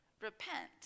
Repent